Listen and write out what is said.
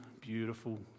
beautiful